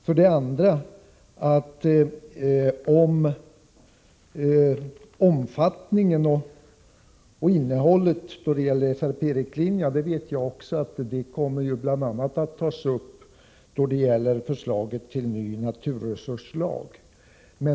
Jag vet att omfattningen av och innehållet i FRP-riktlinjerna bl.a. kommer att tas upp i förslaget till ny naturresurslag.